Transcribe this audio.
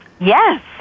yes